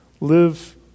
live